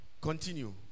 continue